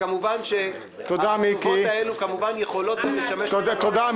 וכמובן שהתשובות האלו יכולות גם לשמש --- תודה,